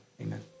Amen